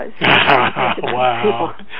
wow